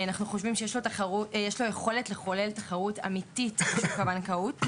אנחנו חושבים שיש לו יכולת לחולל תחרות אמיתית בשוק הבנקאות.